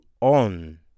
on